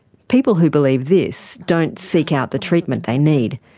people who believe this don't seek out the treatment they need.